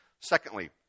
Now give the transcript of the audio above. Secondly